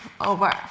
over